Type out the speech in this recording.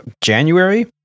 January